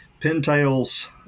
pintails